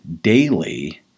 daily